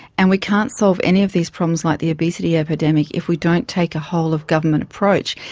and we can't solve any of these problems like the obesity epidemic if we don't take a whole-of-government approach.